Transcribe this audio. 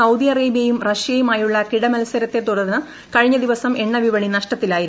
Saudi അറേബൃയും റഷ്യയുമായുള്ള കിടമത്സരത്തെ തുടർന്ന് കഴിഞ്ഞ ദിവസം എണ്ണ വിപണി നഷ്ടത്തിലായിരുന്നു